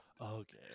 okay